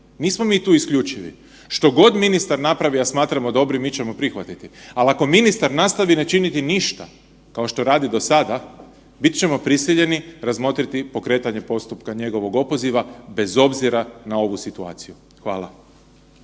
nismo mi tu isključivi, što god ministar napravi, a smatramo dobrim, mi ćemo prihvatiti, al ako ministar nastavi ne činiti ništa kao što radi do sada, bit ćemo prisiljeni razmotriti pokretanje postupka njegovog opoziva bez obzira na ovu situaciju. Hvala.